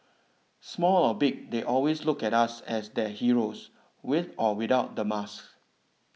small or big they always look at us as their heroes with or without the mask